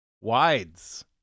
Wides